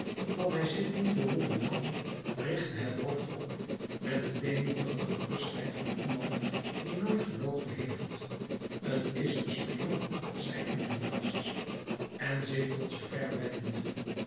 dat hij zich niet verroeren kon richtte het hoofd op met de deemoedige gerustheid van iemand die nooit gelogen heeft t is een spion zei enjolras en zich tot javert wendende